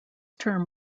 term